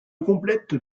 complète